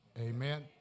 Amen